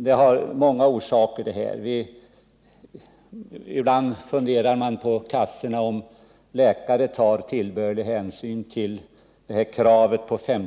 Den stora sjukfrånvaron har många orsaker. Ibland funderar man på försäkringskassorna huruvida läkare tar tillbörlig hänsyn till det krav på att arbetsförmågan